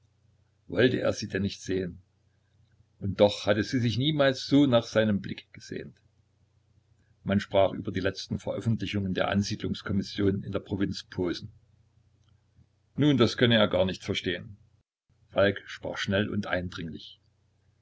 wollte er sie denn nicht sehen und doch hatte sie sich niemals so nach seinem blick gesehnt man sprach über die letzte veröffentlichung der ansiedlungskommission in der provinz posen nun das könne er gar nicht verstehen falk sprach schnell und eindringlich